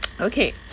okay